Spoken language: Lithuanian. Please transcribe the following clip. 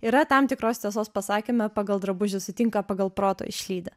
yra tam tikros tiesos pasakyme pagal drabužį sutinka pagal protą išlydi